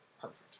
perfect